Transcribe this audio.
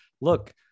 look